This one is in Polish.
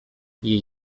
jej